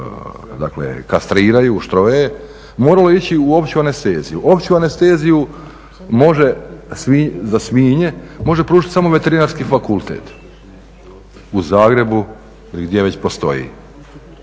dakle kastriraju, štroje, moralo ići u opću anesteziju. Opću anesteziju za svinje može pružiti samo Veterinarski fakultet u Zagrebu ili gdje već postoji.